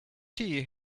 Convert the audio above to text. tea